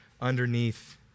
underneath